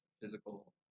physical